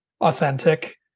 authentic